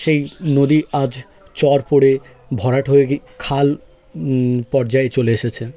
সেই নদী আজ চর পড়ে ভরাট হয়ে গিয়ে খাল পর্যায়ে চলে এসেছে